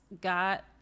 got